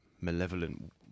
malevolent